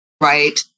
Right